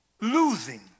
losing